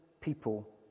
people